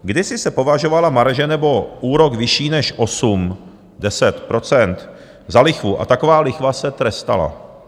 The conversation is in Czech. Kdysi se považovala marže nebo úrok vyšší než 8, 10 % za lichvu a taková lichva se trestala.